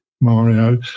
Mario